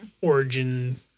origin